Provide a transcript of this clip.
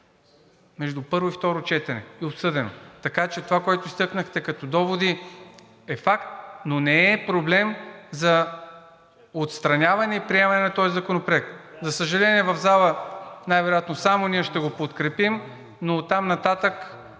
между първо и второ четене. И обсъдено. Така че това, което изтъкнахте като доводи, е факт, но не е проблем за отстраняване и приемане на този законопроект. За съжаление, в залата най-вероятно само ние ще го подкрепим, но оттам нататък